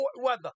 weather